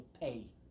pay